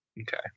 Okay